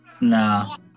Nah